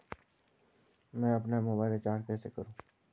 मैं अपना mobile recharge कैसे करूँ?